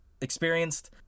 experienced